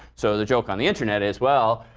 so the joke on the internet is, well,